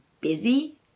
busy